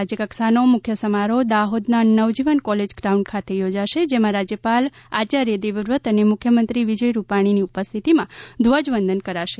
રાજ્ય કક્ષાનો મુખ્ય સમારોહ દાહોદના નવજીવન કોલેજ ગ્રાઉન્ડ ખાતે યોજાશે જેમાં રાજયપાલ આયાર્ય દેવવ્રત અને મુખ્યમંત્રી વિજય રૂપાણીની ઉપસ્થિતિમાં ઘ્વજવંદન કરાશે